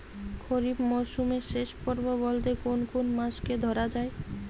খরিপ মরসুমের শেষ পর্ব বলতে কোন কোন মাস কে ধরা হয়?